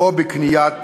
או בקניית